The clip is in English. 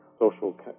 social